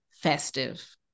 festive